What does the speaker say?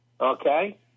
Okay